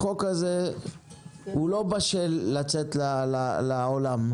החוק הזה לא בשל לצאת לעולם,